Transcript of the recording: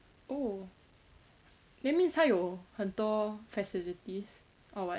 oh that means 他有很多 facilities or what